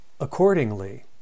accordingly